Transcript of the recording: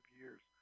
years